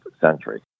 century